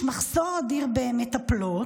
יש מחסור אדיר במטפלות.